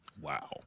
Wow